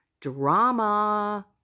drama